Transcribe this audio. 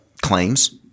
claims